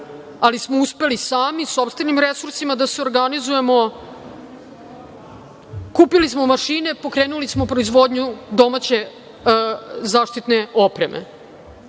ali smo uspeli sami, sopstvenim resursima da se organizujemo, kupili smo mašine, pokrenuli smo proizvodnju domaće zaštitne opreme.